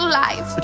life